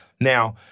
Now